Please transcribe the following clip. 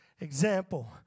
example